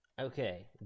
Okay